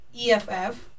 EFF